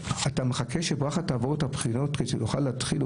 אני מחכה שברכה תעבור את הבחינות כדי שהיא תוכל להתחיל.